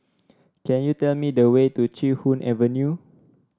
can you tell me the way to Chee Hoon Avenue